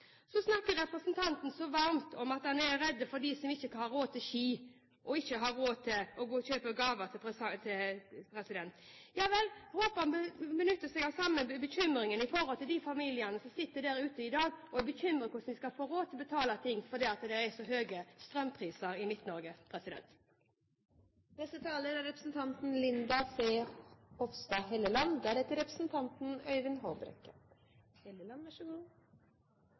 Så snakker representanten så varmt om at han er redd for dem som ikke har råd til å kjøpe seg ski, og ikke har råd til å gå og kjøpe gaver. Javel, vi får håpe han har den samme bekymringen når det gjelder de familiene som sitter der ute i dag og er bekymret for hvordan de skal få råd til å betale ting, fordi det er så høye strømpriser i